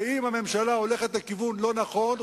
ואם הממשלה הולכת לכיוון לא נכון,